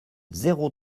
zéro